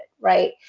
right